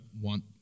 want